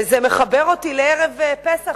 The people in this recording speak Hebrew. וזה מחבר אותי לערב פסח,